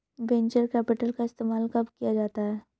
Venture capital का इस्तेमाल कब किया जाता है?